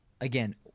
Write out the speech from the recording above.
again